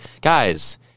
guys